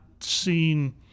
seen –